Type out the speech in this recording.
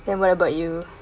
then what about you